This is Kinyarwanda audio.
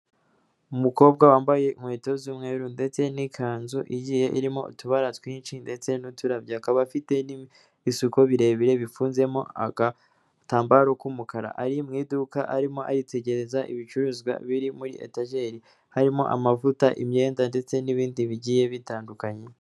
Umukobwa wambaye inkweto z'umweru ndetse n'ikanzu igiye irimo utubara twinshi, ndetse n'uturabyo. Akaba afite n'ibisuko birebire bifunzemo agatambaro k'umukara. Ari mu iduka arimo aritegereza ibicuruzwa biri muri etageri. Harimo amavuta, imyenda, ndetse n'ibindi bigiye bitandukanye.